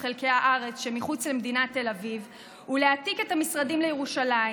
חלקי הארץ שמחוץ למדינת תל אביב ולהעתיק את המשרדים לירושלים,